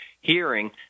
hearing